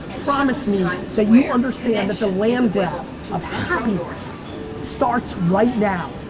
promise me that you understand that the land grab of happiness starts right now.